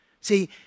See